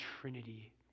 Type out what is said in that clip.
Trinity